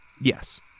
Yes